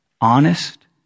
Honest